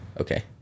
Okay